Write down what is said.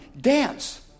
dance